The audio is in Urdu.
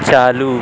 چالو